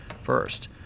first